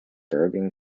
bergen